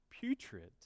putrid